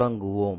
தொடங்குவோம்